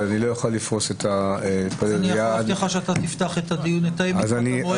אתה תפתח את הישיבה הבאה.